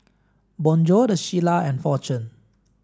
Bonjour the Shilla and Fortune